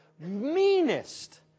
meanest